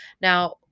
Now